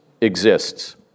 exists